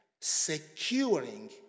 securing